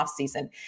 offseason